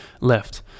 Left